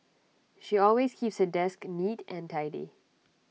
she always keeps her desk neat and tidy